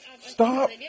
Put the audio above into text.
Stop